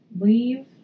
leave